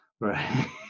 right